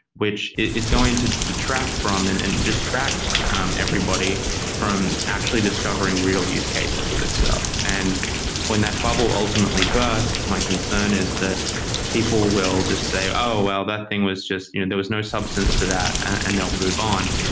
which is going to detract from and and distract everybody from actually discovering real use cases of this stuff and when the bubble ultimately bursts, my concern is that people will just say, oh, well. that thing was just you know there was no substance to that, and they'll move on.